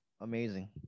amazing